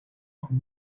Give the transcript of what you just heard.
rocked